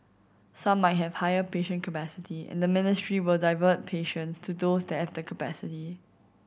some might have higher patient capacity and the ministry will divert patients to those that have the capacity